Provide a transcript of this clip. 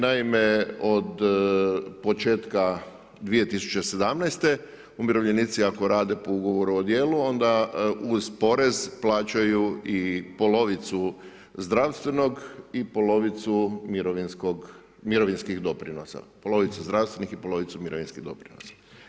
Naime od početka 2017. umirovljenici ako rade po ugovoru o djelu, onda uz porez plaćaju i polovicu zdravstvenog i polovicu mirovinskih doprinosa, polovicu zdravstvenih i polovicu mirovinskih doprinosa.